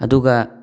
ꯑꯗꯨꯒ